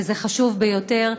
וזה חשוב ביותר,